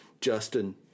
Justin